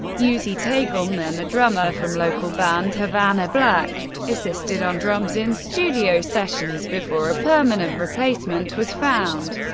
jussi tegelman, a drummer from local band havana black, assisted on drums in studio sessions before a permanent replacement was found.